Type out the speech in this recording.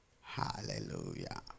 Hallelujah